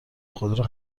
خودرو